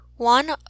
one